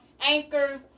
Anchor